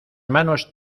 manos